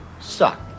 suck